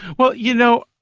well you know,